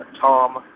Tom